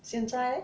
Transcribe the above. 现在 eh